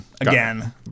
again